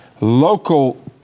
local